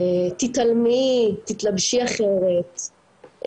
תתעלמי תתלבשי אחרת,